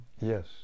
Yes